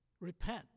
repent